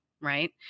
Right